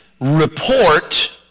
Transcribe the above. report